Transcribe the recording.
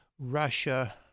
Russia